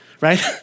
Right